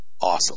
awesome